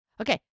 Okay